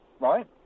right